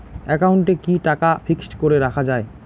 একাউন্টে কি টাকা ফিক্সড করে রাখা যায়?